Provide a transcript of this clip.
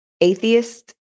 atheist